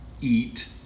eat